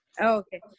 Okay